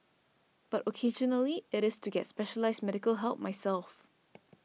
but occasionally it is to get specialised medical help myself